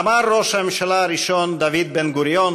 אמר ראש הממשלה הראשון דוד בן-גוריון